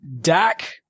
Dak